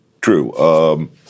true